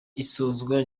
isozwa